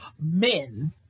men